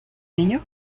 niño